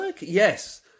Yes